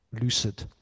lucid